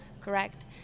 correct